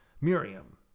Miriam